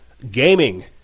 gaming